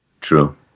True